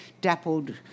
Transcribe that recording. dappled